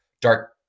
dark